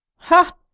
ha,